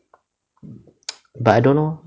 but I don't know